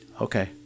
Okay